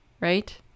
right